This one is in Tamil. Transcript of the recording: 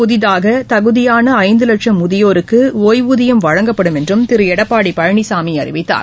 புதிதாக தகுதியான ஐந்து லட்சும் முதியோருக்கு ஓய்வூதியம் வழங்கப்படும் என்றும் திரு எடப்பாடி பழனிசாமி அறிவித்தார்